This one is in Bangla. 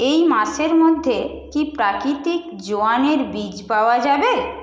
এই মাসের মধ্যে কি প্রাকৃতিক জোয়ানের বিজ পাওয়া যাবে